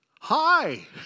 hi